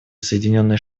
соединенные